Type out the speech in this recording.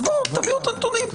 אז תביאו את הנתונים,